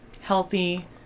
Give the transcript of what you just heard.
healthy